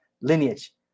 lineage